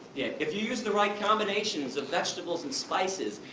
yeah. if you use the right combinations of vegetables and spices,